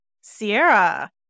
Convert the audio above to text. Sierra